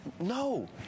No